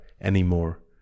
anymore